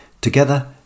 Together